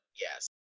yes